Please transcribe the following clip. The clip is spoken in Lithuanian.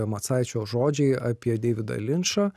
macaičio žodžiai apie deividą linčą